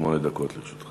שמונה דקות לרשותך.